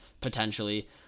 potentially